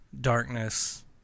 darkness